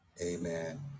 amen